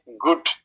good